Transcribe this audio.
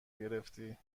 گرفتی